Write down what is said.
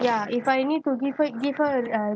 ya if I need give back give her uh